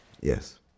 Yes